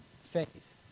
faith